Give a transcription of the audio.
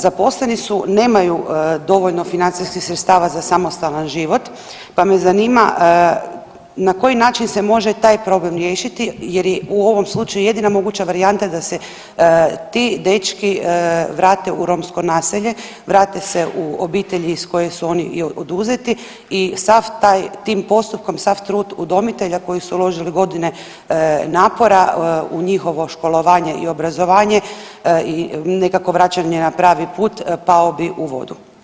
Zaposleni su, nemaju dovoljno financijskih sredstava za samostalan život, pa me zanima na koji način se može taj problem riješiti jer je u ovom slučaju jedina moguća varijanta da se ti dečki vrate u romsko naselje, vrate se u obitelji iz koje su oni i oduzeti i sav taj, tim postupkom, sav trud udomitelja koji su uložile godine napora u njihovo školovanje i obrazovanje i nekako, vraćanje na pravi put, pao bi u vodu.